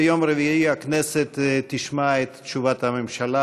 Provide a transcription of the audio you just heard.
ביום רביעי הכנסת תשמע את תשובת הממשלה